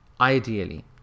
ideally